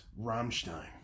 Rammstein